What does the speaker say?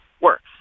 works